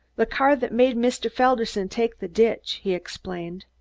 the car that made mr. felderson take the ditch, he explained.